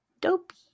Dopey